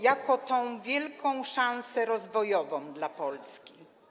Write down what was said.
jako o tę wielką szansę rozwojową dla Polski.